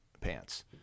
pants